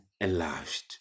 enlarged